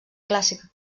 clàssica